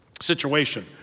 situation